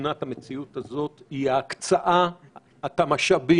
בתמונת המציאות הזאת הוא הקצאת המשאבים